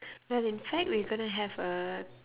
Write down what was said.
but in fact we're gonna have a